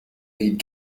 need